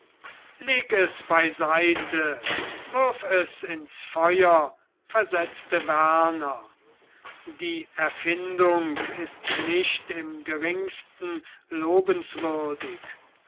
leg es beiseite wirf es ins feuer versetzte werner die erfindung ist nicht im geringsten